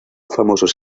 famosos